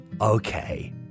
okay